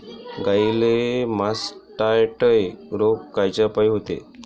गाईले मासटायटय रोग कायच्यापाई होते?